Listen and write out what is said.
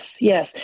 yes